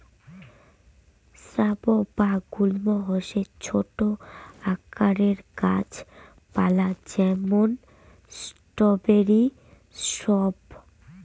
shrub বা গুল্ম হসে ছোট আকারের গাছ পালা যেমন স্ট্রবেরি স্রাব